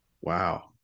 Wow